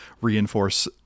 reinforce